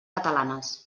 catalanes